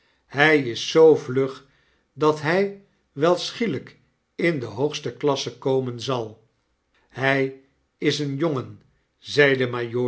hy is zoo vlug dat hi wel schielyk in de hoogste kiasse komen zal hu is een jongen